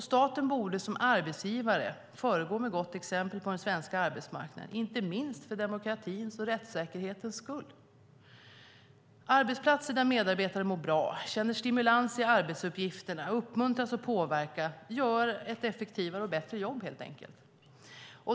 Staten borde som arbetsgivare föregå med gott exempel på den svenska arbetsmarknaden, inte minst för demokratins och rättssäkerhetens skull. Arbetsplatser där medarbetarna mår bra, känner stimulans i arbetsuppgifterna och uppmuntras att påverka gör helt enkelt ett effektivare och bättre jobb.